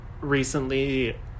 recently